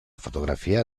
fotografia